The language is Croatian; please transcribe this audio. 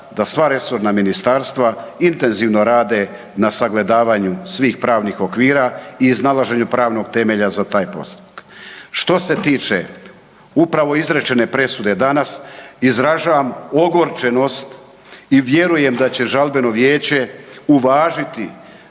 da sva resorna ministarstva intenzivno rade na sagledavanju svih pravnih okvira i iznalaženju pravnog temelja za taj posao. Što se tiče upravo izrečene presude danas izražavam ogorčenost i vjerujem da će Žalbeno vijeće uvažiti